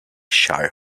shire